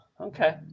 okay